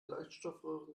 leuchtstoffröhren